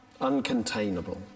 Uncontainable